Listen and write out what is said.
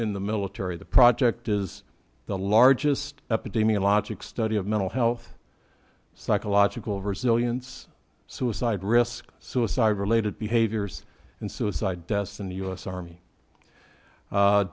in the military the project is the largest epidemiologic study of mental health psychological resilience suicide risk suicide related behaviors and suicide deaths in the u s army